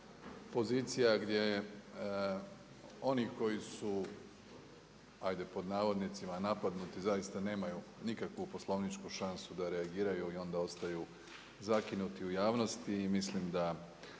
pozicija gdje je oni koji su ajde „napadnuti“ zaista nemaju nikakvu poslovničku šansu da reagiraju i onda ostaju zakinuti u javnosti i mislim da